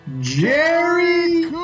Jerry